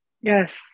yes